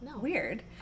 Weird